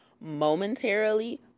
momentarily